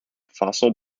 fossil